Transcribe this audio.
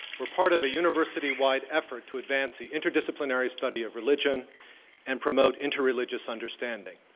we're part of a university wide effort to advance the interdisciplinary study of religion and promote inter religious understanding.